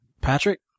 Patrick